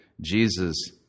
Jesus